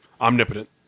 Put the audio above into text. omnipotent